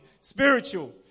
spiritual